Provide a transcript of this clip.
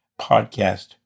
podcast